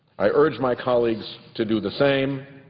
i urge my colleagues to do the same,